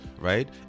right